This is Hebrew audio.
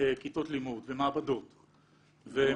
כיתות לימוד ומעבדות ומעונות.